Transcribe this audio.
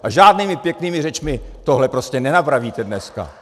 A žádnými pěknými řečmi tohle prostě nenapravíte dneska.